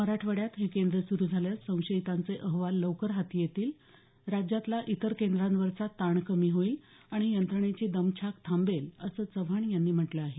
मराठवाड्यात हे केंद्र सुरू झाल्यास संशयितांचे अहवाल लवकर हाती येतील राज्यातला इतर केंद्रांवरचा ताण कमी होईल आणि यंत्रणेची दमछाक थांबेल असं चव्हाण यांनी म्हटलं आहे